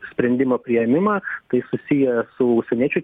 sprendimo priėmimą tai susiję su užsieniečių